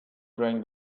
drank